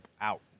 out